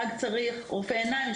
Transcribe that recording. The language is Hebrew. פג צריך רופא עיניים,